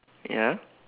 ya